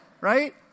right